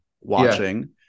watching